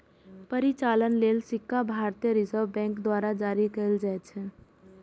परिचालन लेल सिक्का भारतीय रिजर्व बैंक द्वारा जारी कैल जाइ छै